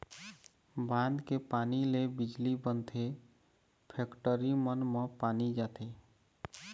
बांध के पानी ले बिजली बनथे, फेकटरी मन म पानी जाथे